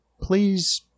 please